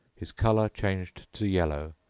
his colour changed to yellow,